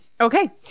okay